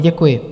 Děkuji.